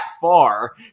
far